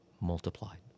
multiplied